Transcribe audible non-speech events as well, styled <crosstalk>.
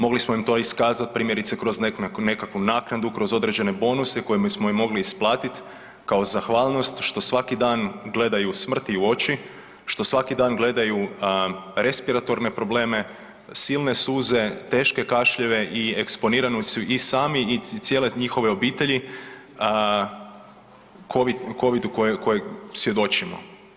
Mogli smo im to iskazat primjerice kroz nekakvu naknadu, kroz određene bonuse koje ... <unintelligible> smo im isplatit kao zahvalnost što svaki dan gledaju smrti u oči, što svaki dan gledaju respiratorne probleme, silne suze, teške kašljeve i eksponirani su i sami, i cijele njihove obitelji, Covid-u kojeg svjedočimo.